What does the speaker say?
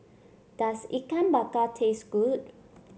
does Ikan Bakar taste good